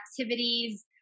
activities